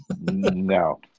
No